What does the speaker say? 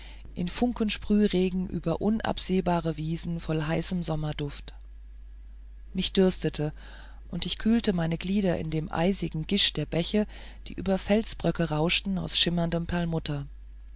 in funkensprühregen über unabsehbare wiesen voll heißem sommerduft mich dürstete und ich kühlte meine glieder in dem eisigen gischt der bäche die über felsblöcke rauschten aus schimmerndem